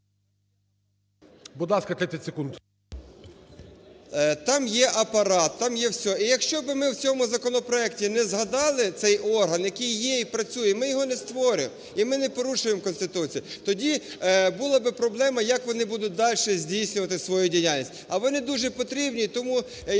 Там є апарат, там є все. І якщо би ми в цьому законопроекті не згадали цей орган, який є і працює, ми його не створюємо, і ми не порушуємо Конституцію, тоді була би проблема, як вони будуть далі здійснювати свою діяльність. А вони дуже потрібні і тому,